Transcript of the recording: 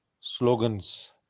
slogans